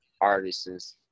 artists